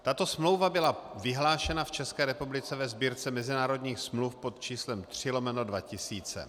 Tato smlouva byla vyhlášena v České republice ve Sbírce mezinárodních smluv pod číslem 3/2000.